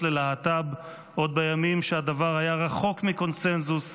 ללהט"ב עוד בימים שהדבר היה רחוק מקונסנזוס,